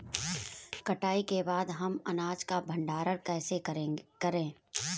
कटाई के बाद हम अनाज का भंडारण कैसे करें?